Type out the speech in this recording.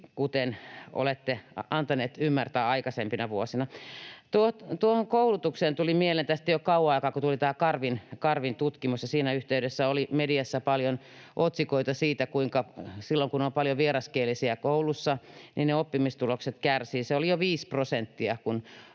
kuin olette antaneet ymmärtää aikaisempina vuosina? Tuohon koulutukseen: Tuli mieleen, että ei ole kauan aikaa, kun tuli tämä Karvin tutkimus, ja siinä yhteydessä oli mediassa paljon otsikoita siitä, kuinka silloin kun on paljon vieraskielisiä koulussa, ne oppimistulokset kärsivät — se oli jo viisi prosenttia, kun